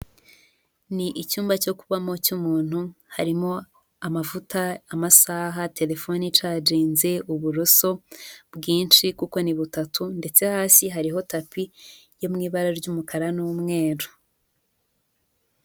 Ni icyumba cyo kubamo cy'umuntu harimo amavuta, amasaha, terefoni icaginze, uburoso bwinshi kuko ni butatu ndetse hasi hariho tapi yo mu ibara ry'umukara n'umweru.